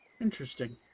interesting